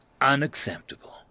Unacceptable